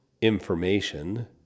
information